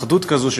אחדות כזאת,